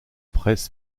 presse